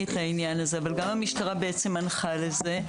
על העניין הזה גם המשטרה מנחה לזה.